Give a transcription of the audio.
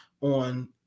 on